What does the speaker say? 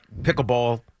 pickleball